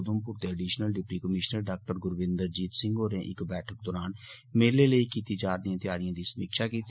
उधमप्र दे additional deputy commissioner डा ग्रविन्द्र जीत सिंह होरें इक बैठक दौरान मेले लेई कीती जा र दी त्यारिएं दी समीक्षा कीती